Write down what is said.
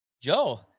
Joe